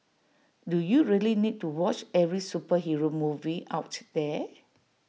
do you really need to watch every superhero movie out there